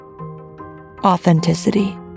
Authenticity